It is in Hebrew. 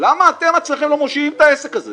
למה אתם עצמכם לא מושיעים את העסק הזה?